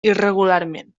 irregularment